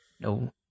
no